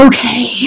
Okay